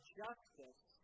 justice